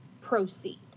proceed